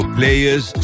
Players